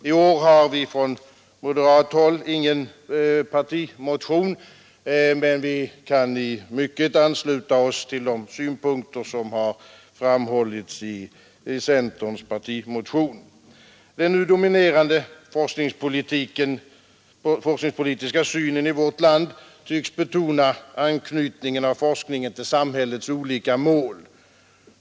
I år har vi från moderat håll ingen partimotion, men vi kan i mycket ansluta oss till de synpunkter som har framhållits i centerns partimotion. Den nu dominerande forskningspolitiska synen i vårt land tycks betona anknytningen av forskningen till samhällets olika mål.